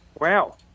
Wow